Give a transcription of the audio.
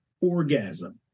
orgasm